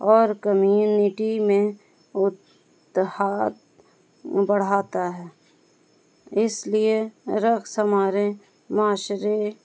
اور کمیونٹی میں اتحاد بڑھاتا ہے اس لیے رقص ہمارے معاشرے